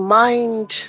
mind